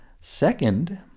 Second